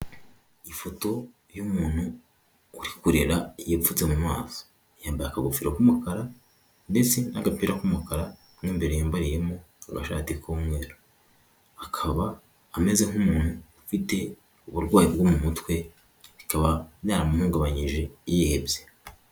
Ifoto y'umuntu uri kurira, yipfutse mu maso, yambaye akagofero k'umukara ndetse na gapira k'umukara n'imbere yambariyemo agashati k'umweru, akaba ameze nk'umuntu ufite uburwayi bwo mu mutwe akaba byaramuhungabanyije yihebye.